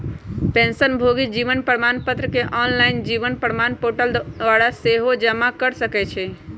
पेंशनभोगी जीवन प्रमाण पत्र के ऑनलाइन जीवन प्रमाण पोर्टल द्वारा सेहो जमा कऽ सकै छइ